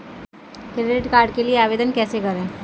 Credit card के लिए आवेदन कैसे करें?